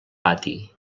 pati